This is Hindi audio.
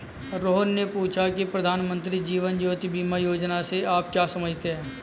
रोहन ने पूछा की प्रधानमंत्री जीवन ज्योति बीमा योजना से आप क्या समझते हैं?